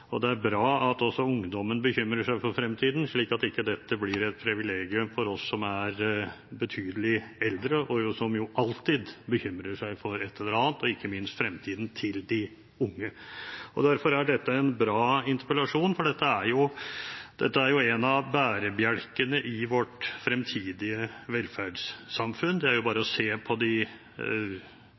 går! Det er bra at også ungdommen bekymrer seg for fremtiden, slik at ikke dette blir et «privilegium» for oss som er betydelig eldre, som jo alltid bekymrer oss for ett eller annet, ikke minst fremtiden til de unge. Derfor er dette en bra interpellasjon, for dette er en av bærebjelkene i vårt fremtidige velferdssamfunn. Det er bare å se på de